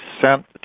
sent